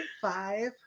five